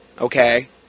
okay